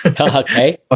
Okay